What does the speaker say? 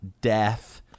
death